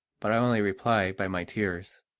but i only reply by my tears.